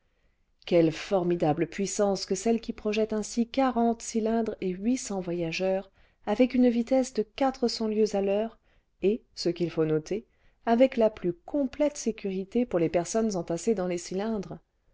quelle formidable puissance que celle qui projette ainsi quarante cylindres et huit cents voyageurs avec une vitesse de quatre cents lieues à l heure et ce qu'il faut noter ayec la plus complète sécurité pour les personnes entassées dans les cylindres